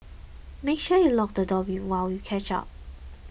make sure you lock the door while you catch up